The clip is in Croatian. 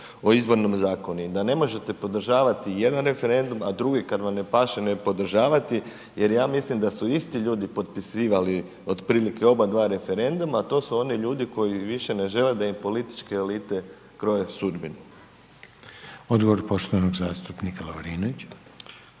o Izbornom zakonu i da ne možete podržavati jedan referendum a drugi kad vam ne paše ne podržavati jer ja mislim da su isti ljudi potpisivali otprilike oba dva referenduma a to su oni ljudi koji više ne žele da im političke elite kroje sudbinu. **Reiner, Željko (HDZ)** Odgovor poštovanog zastupnika Lovrinovića.